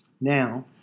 Now